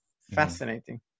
fascinating